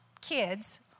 kids